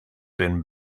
been